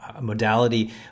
Modality